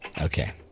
Okay